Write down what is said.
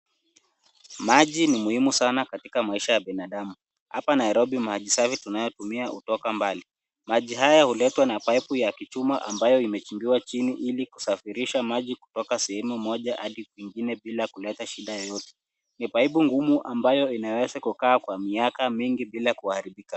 Maji ni muhimu sana katika maisha ya binadamu. Hapa Nairobi maji safi tunayotumia hutoka mbali. Maji haya huletwa na paipu ya kichuma ambayo huchimbiwa chini ili kusafirisha maji kutoka sehemu moja hadi kwingine bila kuleta shida yoyote. Ni paipu gumu ambayo inaweza kukaa kwa miaka mingi bila kuharibika.